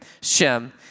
Shem